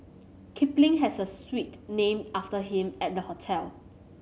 Kipling has a suite named after him at the hotel